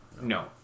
No